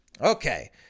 Okay